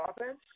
offense